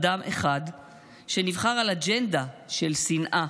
אדם אחד שנבחר על אג'נדה של שנאה